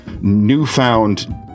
newfound